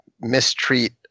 mistreat